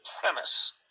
premise